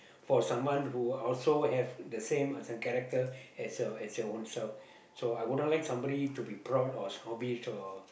for someone who also have the same as in character as your as your ownself so I wouldn't like somebody to be proud or snobbish or